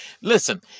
Listen